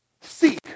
Seek